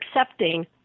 accepting